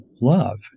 Love